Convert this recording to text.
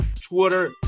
Twitter